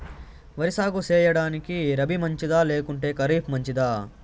వరి సాగు సేయడానికి రబి మంచిదా లేకుంటే ఖరీఫ్ మంచిదా